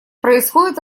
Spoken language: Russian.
происходит